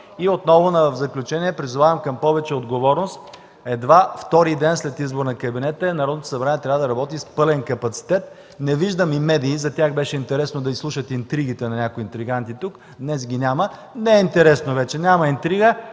И отново в заключение призовавам към повече отговорност. Едва втори ден след избора на кабинета е, Народното събрание трябва да работи с пълен капацитет. Не виждам и медии. За тях беше интересно да изслушат интригите на някои интриганти тук, днес ги няма. Не е интересно вече – няма интрига.